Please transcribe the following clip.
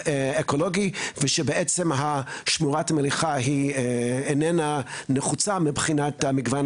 הצורה שבה הדברים הוצגו כאן היא מאוד מאוד מסולפת ומבלבלת אתכם,